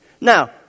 Now